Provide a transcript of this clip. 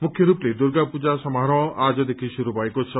मुख्य रूपले दुर्गा पूजा समारोह आजदेखि शुरू भएको छ